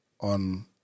on